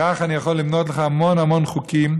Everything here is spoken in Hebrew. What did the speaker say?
כך אני יכול למנות לך המון המון חוקים.